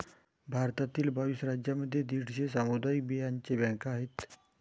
भारतातील बावीस राज्यांमध्ये दीडशे सामुदायिक बियांचे बँका आहेत